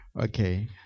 Okay